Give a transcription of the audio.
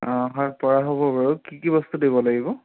অ' হয় পৰা হ'ব বাৰু কি কি বস্তু দিব লাগিব